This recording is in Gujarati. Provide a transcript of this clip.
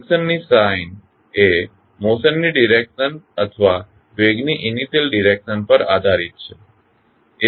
ફ્રીકશનની સાઇન એ મોશનની ડિરેક્શન અથવા વેગ ની ઇનિશ્યલ ડિરેક્શન પર આધારિત છે